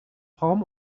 palm